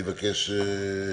בבקשה,